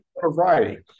variety